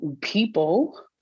people